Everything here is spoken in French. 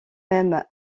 même